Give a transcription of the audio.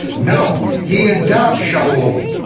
no. he adopts shaul,